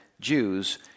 Jews